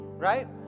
right